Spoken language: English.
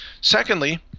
Secondly